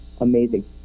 amazing